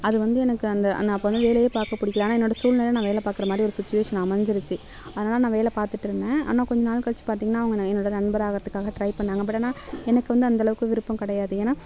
அது வந்து எனக்கு அந்த அப்போ வேலையே பார்க்க பிடிக்கல ஆனால் என்னோட சூழ்நிலை நான் வேலை பாக்கிற மாதிரி ஒரு சிச்சுவேஷன் அமைச்சிடுச்சு அதனால நான் வேலை பார்த்துட்டு இருந்தேன் ஆனால் கொஞ்சம் நாள் கழித்து பார்த்திங்கன்னா அவங்க என்னோட நண்பரா ஆகிறத்துக்குக்காக ட்ரை பண்ணாங்க பட் ஆனால் எனக்கு வந்து அந்த அளவுக்கு விருப்பம் கிடையாது ஏன்னா